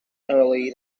early